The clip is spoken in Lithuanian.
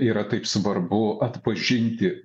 yra taip svarbu atpažinti